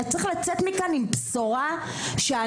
צריך לצאת מכאן עם בשורה שאנחנו,